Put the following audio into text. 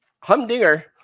humdinger